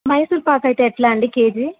మైసూర్ పాక్ అయితే ఎట్లా అండి కేజీ